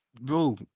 Bro